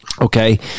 Okay